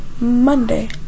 monday